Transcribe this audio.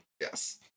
Yes